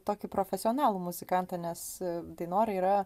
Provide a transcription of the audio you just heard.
tokį profesionalų muzikantą nes dainora yra